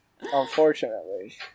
Unfortunately